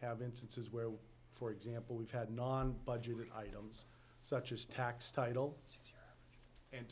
have instances where for example we've had non budget items such as tax title and